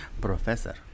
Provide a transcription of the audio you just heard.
Professor